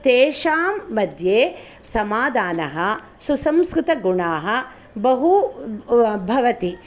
तेषां मध्ये समादानः सुसंस्कृतगुणाः बहु भवति